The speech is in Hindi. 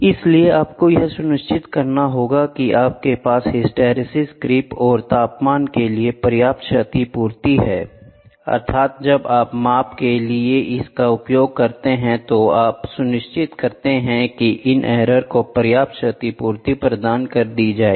इसलिए आपको यह सुनिश्चित करना होगा कि आपके पास हिस्टैरिसीस क्रीप और तापमान के लिए पर्याप्त क्षति पूर्ति है अर्थात जब हम माप के लिए इसका उपयोग करते हैं तो आप सुनिश्चित करते हैं कि इन एरर को पर्याप्त क्षति पूर्ति प्रदान कर दी जाए